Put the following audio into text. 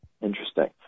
Interesting